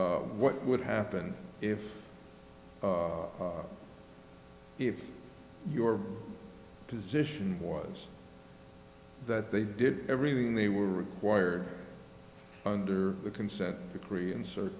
what would happen if if your position was that they did everything they were required under the consent decree